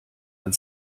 and